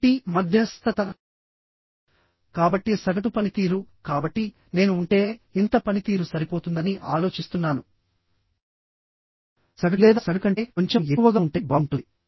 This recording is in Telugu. కాబట్టిమధ్యస్థతకాబట్టి సగటు పనితీరుకాబట్టి నేను ఉంటే ఇంత పనితీరు సరిపోతుందని ఆలోచిస్తున్నాను సగటు లేదా సగటు కంటే కొంచెం ఎక్కువగా ఉంటే బాగుంటుంది